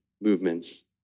movements